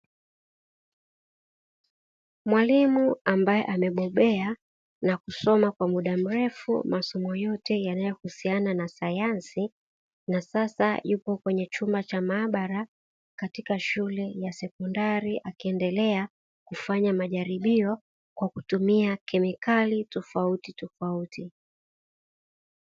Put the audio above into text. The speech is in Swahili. Mwalimu ambaye amebobea na kusoma kwa muda mrefu masomo yote yanayohusiana na sayansi, na yupo kwenye chumba cha maabara katika shule ya sekondari, akiendelea kufanya majaribio kwa kutumia kemikali tofautitofauti.